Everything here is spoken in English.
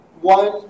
one